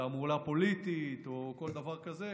תעמולה פוליטית או כל דבר כזה,